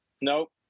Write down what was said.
nope